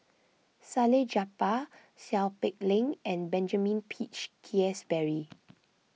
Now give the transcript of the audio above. Salleh Japar Seow Peck Leng and Benjamin Peach Keasberry